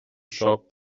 shop